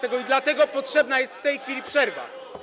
I dlatego potrzebna jest w tej chwili przerwa.